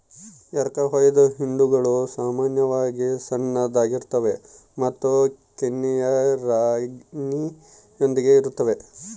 ಎರಕಹೊಯ್ದ ಹಿಂಡುಗಳು ಸಾಮಾನ್ಯವಾಗಿ ಸಣ್ಣದಾಗಿರ್ತವೆ ಮತ್ತು ಕನ್ಯೆಯ ರಾಣಿಯೊಂದಿಗೆ ಇರುತ್ತವೆ